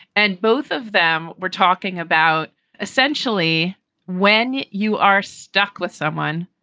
and both of them, we're talking about essentially when you are stuck with someone,